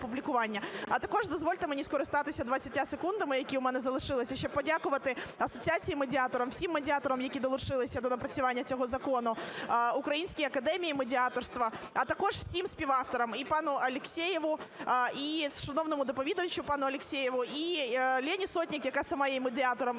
А також дозвольте мені скористатися 20 секундами, які в мене залишилися, щоб подякувати Асоціації медіаторів, всім медіаторам, які долучилися до напрацювання цього закону, Українській академіїмедіаторства. А також всім співавторам: і пану Алексєєву, і шановному доповідачу пану Алексєєву, і Олені Сотник, яка сама є медіатором,